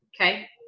Okay